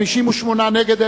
58 נגד,